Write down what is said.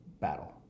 battle